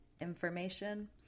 information